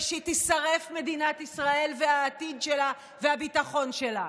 ושתישרף מדינת ישראל והעתיד שלה והביטחון שלה,